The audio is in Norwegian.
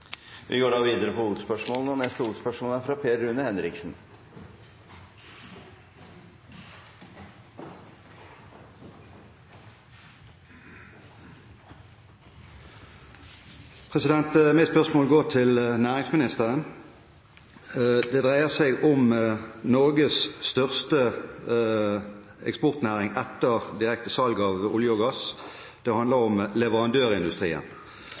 Vi går videre til neste hovedspørsmål. Mitt spørsmål går til næringsministeren. Det dreier seg om Norges største eksportnæring etter direkte salg av olje og gass: Det handler om leverandørindustrien.